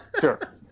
Sure